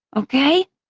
okay?